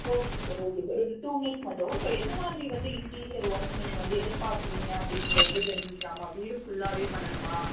okay sir okay sir ஒரு two minutes மட்டும் so எந்தமாதிரி வந்து இன்ட்டீரியர் ஒர்க் நீங்கள் வந்து எதிர்பார்க்குறீங்க அப்படின்றது வந்து தெரிஞ்சிக்கலாமா வீடு ஃபுல்லாகவே பண்ணணுமா